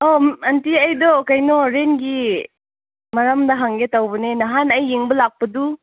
ꯑꯣ ꯑꯟꯇꯤ ꯑꯩꯗꯣ ꯀꯩꯅꯣ ꯔꯦꯟꯒꯤ ꯃꯔꯝꯗ ꯍꯪꯒꯦ ꯇꯧꯕꯅꯦ ꯅꯍꯥꯟ ꯑꯩ ꯌꯦꯡꯕ ꯂꯥꯛꯄꯗꯨ